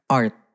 art